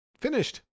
finished